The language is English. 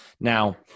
Now